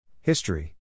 History